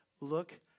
Look